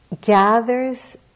gathers